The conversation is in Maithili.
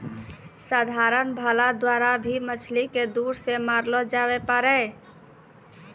साधारण भाला द्वारा भी मछली के दूर से मारलो जावै पारै